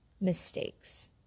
mistakes